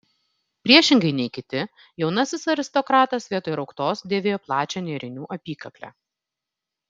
priešingai nei kiti jaunasis aristokratas vietoj rauktos dėvėjo plačią nėrinių apykaklę